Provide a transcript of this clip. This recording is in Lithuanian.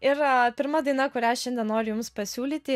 ir pirma daina kurią šiandien noriu jums pasiūlyti